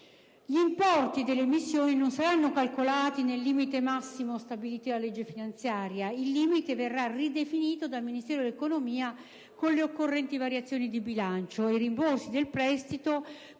Gli importi delle emissioni non saranno calcolati nel limite massimo stabilito dalla legge finanziaria: il limite verrà ridefinito dal Ministero dell'economia con le occorrenti variazioni di bilancio. I rimborsi del prestito